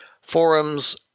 forums